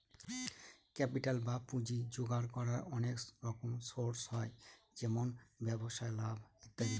capital বা পুঁজি জোগাড় করার অনেক রকম সোর্স হয় যেমন ব্যবসায় লাভ ইত্যাদি